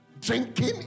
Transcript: Drinking